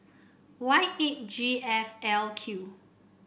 Y eight G F L Q